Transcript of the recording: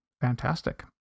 Fantastic